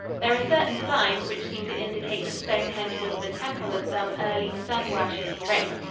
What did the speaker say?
there are certain signs which seem to indicate that stonehenge was the temple of some early sun-worshiping race,